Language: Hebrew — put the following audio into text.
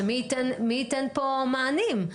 שמי ייתן פה מענים?